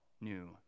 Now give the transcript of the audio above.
new